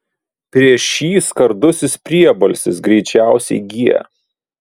prieš jį skardusis priebalsis greičiausiai g